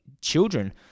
children